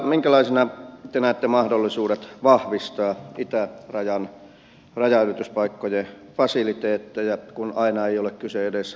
minkälaisena te näette mahdollisuudet vahvistaa itärajan rajanylityspaikkojen fasiliteetteja kun aina ei ole kyse edes rahasta